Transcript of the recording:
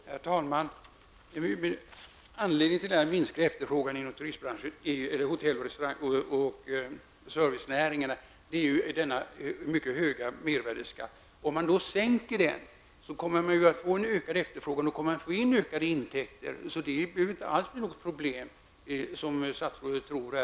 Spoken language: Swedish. Herr talman! Anledningen till den minskade efterfrågan inom hotell och servicenäringarna är ju den mycket höga mervärdeskatten. Sänker man skatten blir det ju en ökning av efterfrågan. Då blir det ökade intäkter, varför det inte alls behöver bli något problem som statsrådet tror.